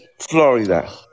Florida